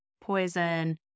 poison